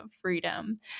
Freedom